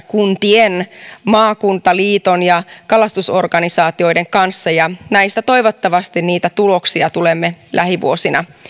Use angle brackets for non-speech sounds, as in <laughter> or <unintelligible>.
<unintelligible> kuntien maakuntaliiton ja kalastus organisaatioiden kanssa ja näistä toivottavasti niitä tuloksia tulemme lähivuosina